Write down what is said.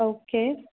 okay